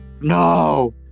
no